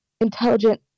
intelligent